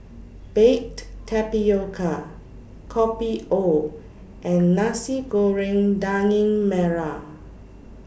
Baked Tapioca Kopi O and Nasi Goreng Daging Merah